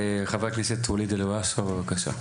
חבר הכנסת ואליד אלהואשלה, בבקשה.